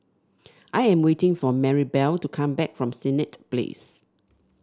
I am waiting for Marybelle to come back from Senett Place